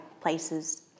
places